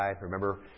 remember